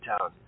town